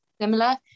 similar